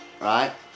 right